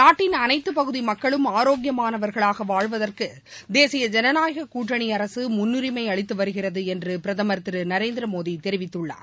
நாட்டின் அனைத்து பகுதி மக்களும் ஆரோக்கியமானவர்களாக வாழ்வதற்கு தேசிய ஜனநாயக கூட்டணி அரசு முன்னுரிமை அளித்து வருகிறது என்று பிரதமர் திரு நரேந்திரமோடி தெரிவித்துள்ளார்